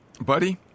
Buddy